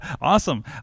awesome